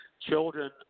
Children